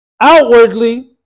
Outwardly